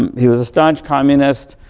um he was a staunch communist.